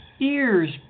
ears